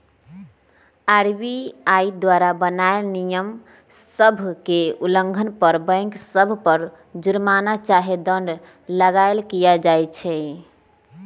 RBI द्वारा बनाएल नियम सभ के उल्लंघन पर बैंक सभ पर जुरमना चाहे दंड लगाएल किया जाइ छइ